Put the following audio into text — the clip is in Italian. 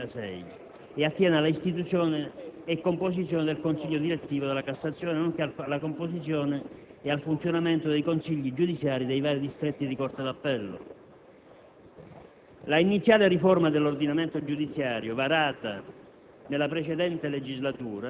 L'articolo 4 (che modifica il decreto legislativo, n. 25 del 2006) attiene all'istituzione e composizione del consiglio direttivo della Cassazione, nonché alla composizione e al funzionamento dei consigli giudiziari dei vari distretti di Corte d'appello.